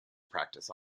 practice